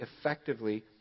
effectively